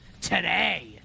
today